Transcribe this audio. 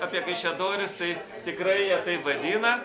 apie kaišiadoris tai tikrai jie taip vadina